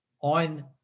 on